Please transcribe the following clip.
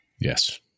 Yes